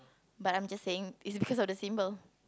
but I'm just saying it's because of the symbol